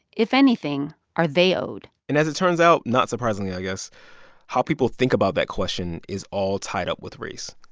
if anything, are they owed? and as it turns out not surprisingly, i guess how people think about that question is all tied up with race.